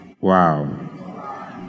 wow